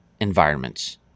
environments